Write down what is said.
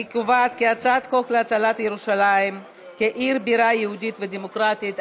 אני קובעת כי הצעת חוק להצלת ירושלים כעיר בירה יהודית ודמוקרטית,